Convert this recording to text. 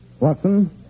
Watson